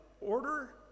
order